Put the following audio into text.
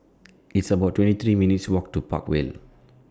It's about twenty three minutes' Walk to Park Vale